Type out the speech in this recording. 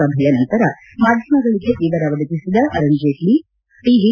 ಸಭೆಯ ನಂತರ ಮಾಧ್ಯಮಗಳಿಗೆ ವಿವರ ಒದಗಿಸಿದ ಅರುಣ್ ಜೀಟ್ಟ ಟಿ